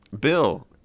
Bill